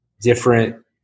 different